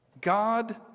God